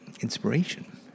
inspiration